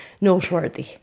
noteworthy